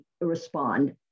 respond